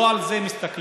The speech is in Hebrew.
לא על זה מסתכלים.